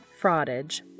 Fraudage